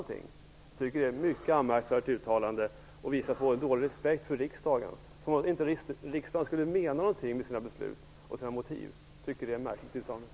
Jag tycker att det är ett mycket anmärkningsvärt uttalande. Det visar på dålig respekt för riksdagen. Det är som om riksdagen inte skulle mena någonting med sina beslut och sina motiv. Jag tycker att det är ett märkligt uttalande.